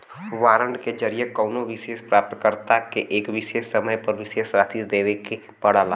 warrant के जरिये कउनो विशेष प्राप्तकर्ता के एक विशेष समय पर विशेष राशि देवे के पड़ला